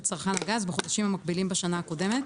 צרכן הגז בחודשים המקבילים בשנה הקודמת,